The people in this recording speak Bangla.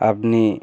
আপনি